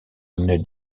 une